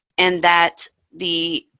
and that the